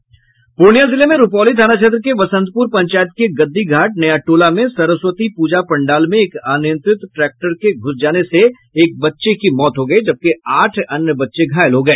पूर्णिया जिले में रुपौली थाना क्षेत्र के बसंतपुर पंचायत के गद्दीघाट नया टोला में सरस्वती पूजा पंडाल में एक अनियंत्रित ट्रैक्टर के घुस जाने से एक बच्चे की मौत हो गई जबकि आठ अन्य बच्चे घायल हो गए